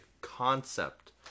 concept